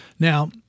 Now